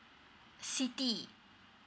siti